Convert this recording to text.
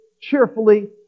cheerfully